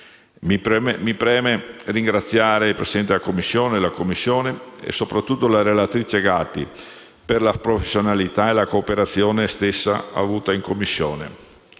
Mi preme ringraziare il presidente della Commissione, la Commissione stessa e soprattutto la relatrice Gatti, per la professionalità e la cooperazione avuta in Commissione.